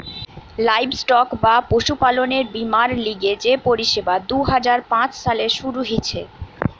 livestock বা পশুপালনের বীমার লিগে যে পরিষেবা দুই হাজার পাঁচ সালে শুরু হিছে